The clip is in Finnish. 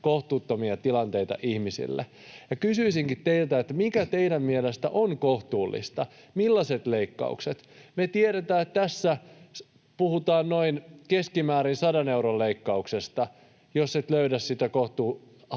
kohtuuttomia tilanteita ihmisille. Kysyisinkin teiltä, mikä teidän mielestänne on kohtuullista, millaiset leikkaukset. Me tiedetään, että tässä puhutaan keskimäärin 100 euron leikkauksesta — jos et löydä sitä kohtuuhintaisempaa